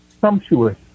sumptuous